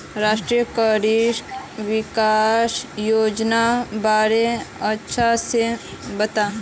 राष्ट्रीय कृषि विकास योजनार बारे अच्छा से बता